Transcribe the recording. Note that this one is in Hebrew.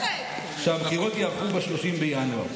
קבעה שהבחירות ייערכו ב-30 בינואר.